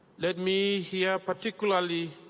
let me here particularly